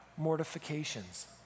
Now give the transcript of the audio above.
mortifications